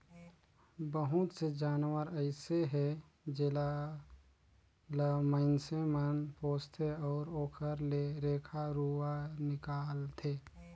बहुत से जानवर अइसे हे जेला ल माइनसे मन पोसथे अउ ओखर ले रेखा रुवा निकालथे